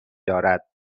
دارد